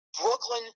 Brooklyn